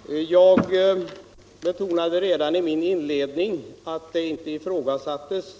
Herr talman! Jag betonade redan i min inledning att det inte ifrågasattes